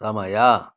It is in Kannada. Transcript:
ಸಮಯ